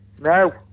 No